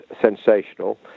sensational